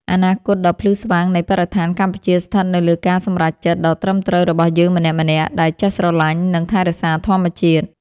អនាគតដ៏ភ្លឺស្វាងនៃបរិស្ថានកម្ពុជាស្ថិតនៅលើការសម្រេចចិត្តដ៏ត្រឹមត្រូវរបស់យើងម្នាក់ៗដែលចេះស្រឡាញ់ និង ថែរក្សាធម្មជាតិ។